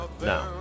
No